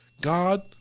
God